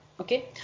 okay